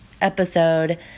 episode